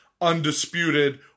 undisputed